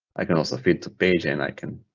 i can also fit to page and i can